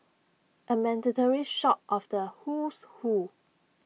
A mandatory shot of the Who's Who